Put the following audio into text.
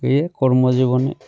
এয়াই কৰ্মজীৱন